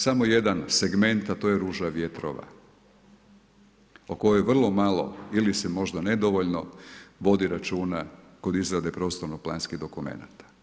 Samo jedan segment a to je ruža vjetrova o kojoj vrlo ili se možda nedovoljno vodi računa kod izrade prostorno-planskih dokumenata.